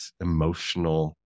emotional